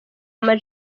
ama